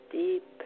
deep